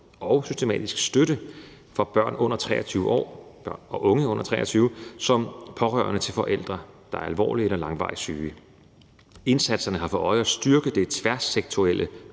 og systematisk støtte af børn og unge under 23 år som pårørende til forældre, der er alvorligt eller langvarigt syge. Indsatserne har for øje at styrke det tværsektorielle